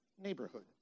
neighborhood